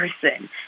person